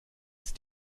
ist